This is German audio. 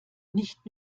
nicht